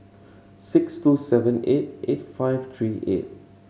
six two seven eight eight five three eight